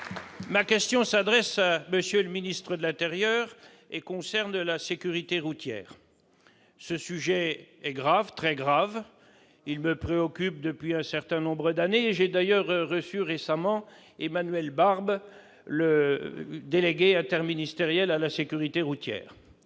Ma question s'adressait à M. le ministre d'État, ministre de l'intérieur ; elle concerne la sécurité routière. C'est un sujet grave, très grave, qui me préoccupe depuis un certain nombre d'années, et j'ai d'ailleurs reçu récemment Emmanuel Barbe, délégué interministériel à la sécurité routière.